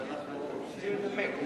ואנחנו רוצים לנמק.